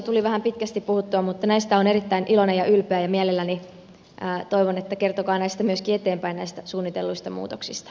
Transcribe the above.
tuli vähän pitkästi puhuttua mutta näistä olen erittäin iloinen ja ylpeä ja kertokaa myöskin eteenpäin näistä suunnitelluista muutoksista